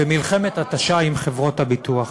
במלחמת התשה עם חברות הביטוח.